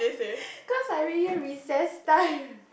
cause I read here recess time